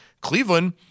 Cleveland